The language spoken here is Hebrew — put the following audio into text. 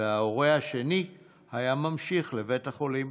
וההורה השני היה ממשיך לבית החולים.